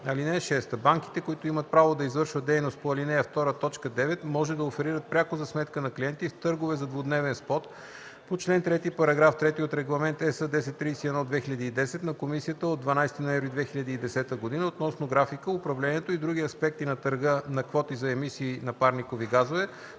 ал. 6: „(6) Банките, които имат право да извършват дейност по ал. 2, т. 9, може да оферират пряко за сметка на клиенти в търгове за двудневен спот по чл. 3, параграф 3 от Регламент (ЕС) № 1031/2010 на Комисията от 12 ноември 2010 г. относно графика, управлението и други аспекти на търга на квоти за емисии на парникови газове,